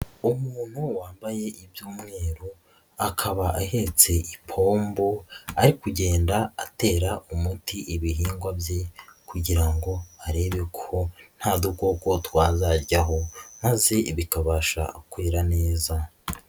Umuntu wambaye iby'umweru, akaba ahetse ipombo ari kugenda atera umuti ibihingwa bye kugira ngo arebe ko nta dukoko twazajyaho, maze bikabasha kwera neza.